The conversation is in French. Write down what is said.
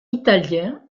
italien